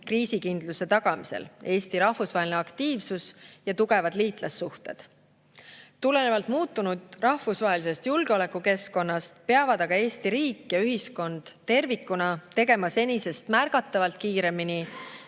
kriisikindluse tagamisel, Eesti rahvusvaheline aktiivsus ja tugevad liitlassuhted. Tulenevalt muutunud rahvusvahelisest julgeolekukeskkonnast peavad aga Eesti riik ja ühiskond tervikuna tegema senisest märgatavalt kiiremini